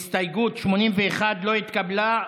הסתייגות 81 לא התקבלה.